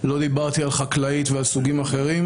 לא דיברתי על חקלאית ועל סוגים אחרים,